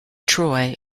troy